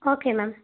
okay ma'am